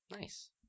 nice